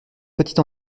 petite